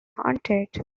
haunted